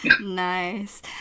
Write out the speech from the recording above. Nice